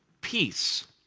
peace